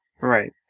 Right